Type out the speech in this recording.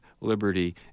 liberty